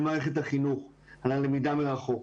מערכת החינוך, על הלמידה מרחוק.